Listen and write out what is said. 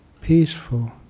Peaceful